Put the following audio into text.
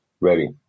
ready